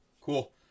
cool